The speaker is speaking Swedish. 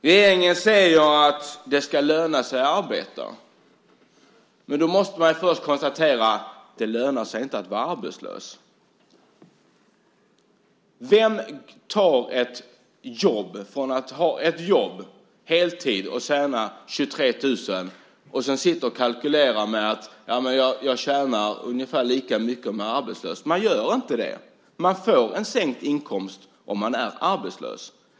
Regeringen säger att det ska löna sig att arbeta. Men då måste man först konstatera att det inte lönar sig att vara arbetslös. Vem tar ett jobb på heltid och tjänar 23 000 och sedan sitter och kalkylerar: Ja, men jag tjänar ungefär lika mycket om jag är arbetslös. Man gör inte det. Man får en sänkt inkomst om man är arbetslös.